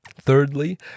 Thirdly